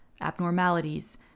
abnormalities